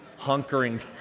hunkering